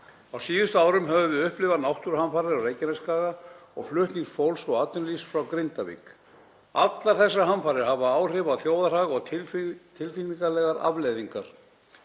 Á síðustu árum höfum við upplifað náttúruhamfarir á Reykjanesskaga og flutning fólks og atvinnulífs frá Grindavík. Allar þessar hamfarir hafa áhrif á þjóðarhag og tilfinningalegar afleiðingar.